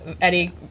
Eddie